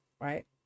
right